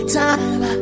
time